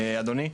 אדוני,